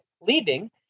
leaving